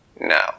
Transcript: No